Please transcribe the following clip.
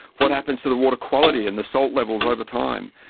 what happens to the water quality and the salt levels over time,